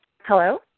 hello